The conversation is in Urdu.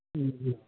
جی